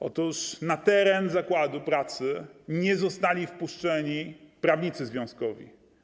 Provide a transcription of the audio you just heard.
Otóż na teren zakładu pracy nie zostali wpuszczeni prawnicy związkowi.